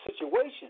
situation